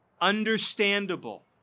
understandable